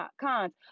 cons